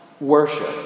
worship